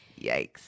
Yikes